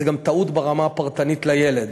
וזו גם טעות ברמה הפרטנית לילד.